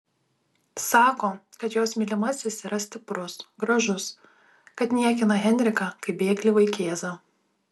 sako kad jos mylimasis yra stiprus gražus kad niekina henriką kaip bėglį vaikėzą